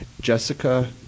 Jessica